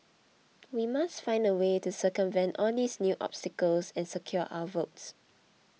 we must find a way to circumvent all these new obstacles and secure our votes